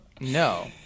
no